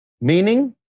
meaning